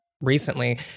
recently